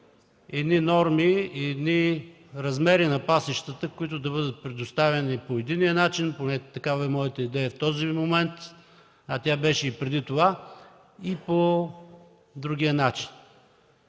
едни норми, едни размери на пасищата, които да бъдат предоставени по единия начин – поне такава е моята идея в този момент, а тя беше и преди това, и по другия начин.